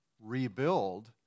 rebuild